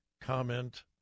comment